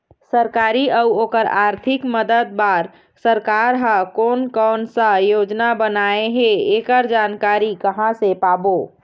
सरकारी अउ ओकर आरथिक मदद बार सरकार हा कोन कौन सा योजना बनाए हे ऐकर जानकारी कहां से पाबो?